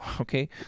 okay